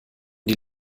die